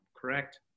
correct